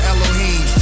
Elohim